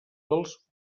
dels